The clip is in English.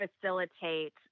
facilitate